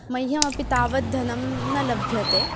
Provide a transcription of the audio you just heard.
मह्यमपि तावद्धनं न लभ्यते